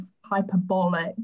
hyperbolic